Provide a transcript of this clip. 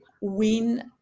win